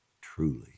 truly